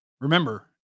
Remember